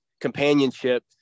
companionship